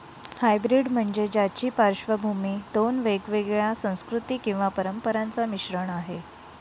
hybrid म्हणजे ज्याची पार्श्वभूमी दोन वेगवेगळ्या संस्कृती किंवा परंपरांचा मिश्रण आहे